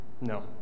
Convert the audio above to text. No